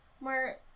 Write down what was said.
more